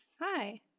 Hi